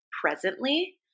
presently